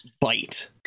bite